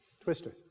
Twister